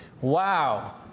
wow